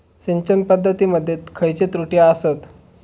सिंचन पद्धती मध्ये खयचे त्रुटी आसत?